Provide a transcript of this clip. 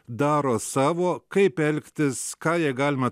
daro savo kaip elgtis ką jei galima